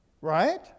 Right